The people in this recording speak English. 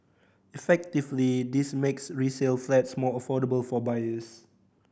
effectively this makes resale flats more affordable for buyers